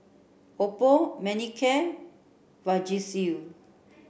Oppo Manicare Vagisil